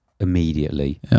Immediately